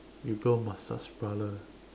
you go massage parlour